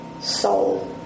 soul